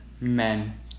Men